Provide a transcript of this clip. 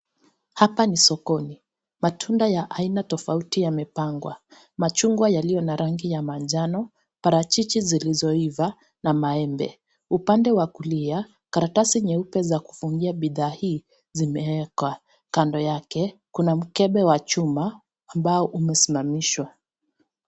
Hapa ni sokoni matunda ya aina tofauti yamepangwa. Machungwa yaliyo na rangi ya manjano, parachichi zilizoiva na maembe. Upande wa kulia, karatasi nyeupe za kufungia bidhaa hii, zimewekwa. Kando yake, kuna mkebe wa chuma ambao umesimamishwa.